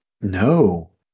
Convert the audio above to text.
No